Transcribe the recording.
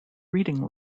reading